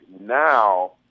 now